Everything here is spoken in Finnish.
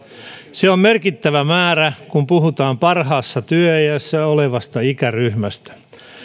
se on merkittävä määrä kun puhutaan parhaassa työiässä olevasta ikäryhmästä